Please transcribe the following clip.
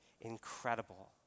incredible